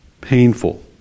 Painful